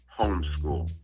homeschool